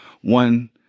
one